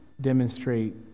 demonstrate